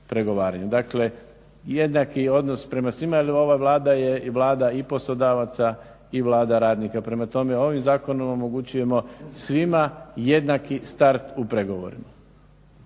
Dakle jednaki odnos prema svima, jer ova vlada je Vlada i poslodavaca i Vlada radnika. Prema tome, ovim zakonom omogućujemo svima jednaki start u pregovorima.